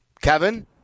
Kevin